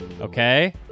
Okay